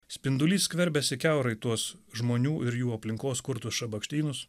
spindulys skverbiasi kiaurai į tuos žmonių ir jų aplinkos kurtus šabakštynus